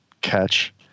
catch